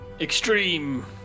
Extreme